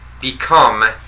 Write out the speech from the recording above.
become